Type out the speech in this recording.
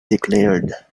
declared